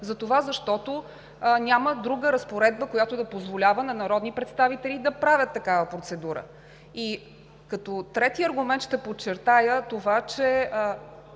защото няма друга разпоредба, която да позволява на народни представители да правят такава процедура. И като трети аргумент ще подчертая това, че